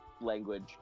language